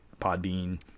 Podbean